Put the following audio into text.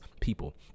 people